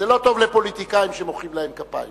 זה לא טוב לפוליטיקאים שמוחאים להם כפיים.